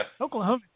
Oklahoma